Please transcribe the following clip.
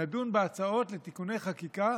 נדון בהצעות לתיקוני חקיקה